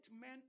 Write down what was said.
men